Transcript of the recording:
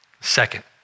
Second